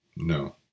No